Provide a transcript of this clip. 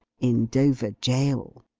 in dover jail!